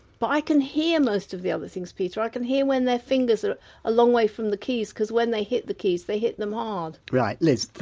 but i can hear most of the other things, peter, i can hear when their fingers are a long way from the keys because when they hit the keys, they hit them hard right, liz,